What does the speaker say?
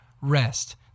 rest